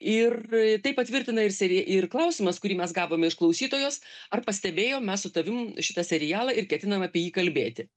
ir tai patvirtina ir seri ir klausimas kurį mes gavome iš klausytojos ar pastebėjom mes su tavim šitą serialą ir ketinam apie jį kalbėti